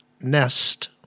nest